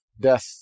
death